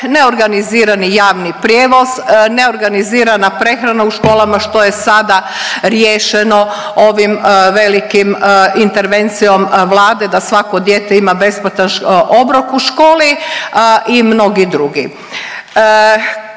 neorganizirani javni prijevoz, neorganizirana prehrana u školama što je sada riješeno ovim velikim intervencijom Vlade da svako dijete ima besplatan obrok u školi i mnogi drugi.